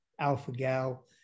alpha-gal